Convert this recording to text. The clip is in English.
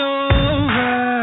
over